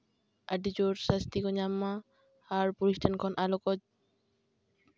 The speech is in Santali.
ᱟᱹᱰᱤ ᱡᱚᱨ ᱥᱟᱹᱥᱛᱤ ᱠᱚ ᱧᱟᱢ ᱢᱟ ᱟᱨ ᱯᱩᱞᱤᱥ ᱴᱷᱮᱱ ᱠᱷᱚᱱ ᱟᱞᱚ ᱠᱚ